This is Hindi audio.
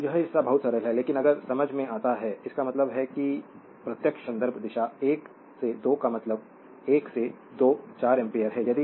तो यह हिस्सा बहुत सरल है लेकिन अगर समझ में आता है इसका मतलब है कि प्रत्यक्ष संदर्भ दिशा 1 से 2 का मतलब 1 से 2 4 एम्पीयर है